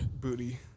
booty